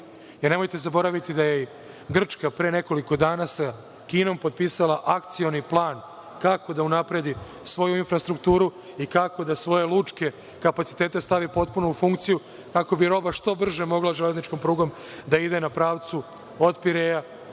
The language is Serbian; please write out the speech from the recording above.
Jer, nemojte zaboraviti da je i Grčka pre nekoliko dana sa Kinom potpisala akcioni plan kako da unapredi svoju infrastrukturu i kako da svoje lučke kapacitete stavi potpuno u funkciju kako bi roba što brže mogla železničkom prugom da ide na pravcu od Pireja,